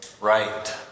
right